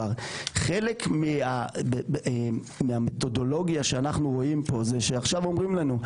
חלק מהמתודולוגיה שאנחנו רואים פה זה שעכשיו אומרים לנו,